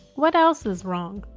what else is wrong?